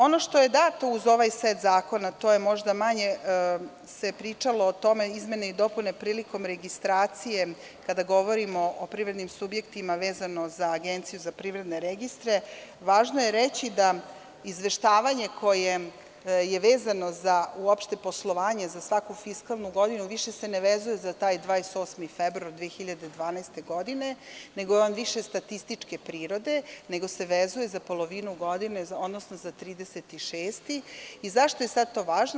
Ono što je dato uz ovaj set zakona, o tome se možda manje pričalo, izmene i dopune, prilikom registracije, kada govorimo o privrednim subjektima vezano za Agenciju za privredne registre, važno je reći da izveštavanje koje je vezano uopšte za poslovanje, za svaku fiskalnu godinu više se ne vezuje za taj 28. februar 2012. godine, nego je on više statističke prirode, nego se vezuje za polovinu godine, odnosno za 30. jun. Zašto je to sada važno?